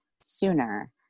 sooner